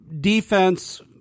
defense